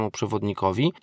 przewodnikowi